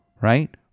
right